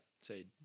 Say